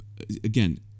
again